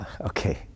okay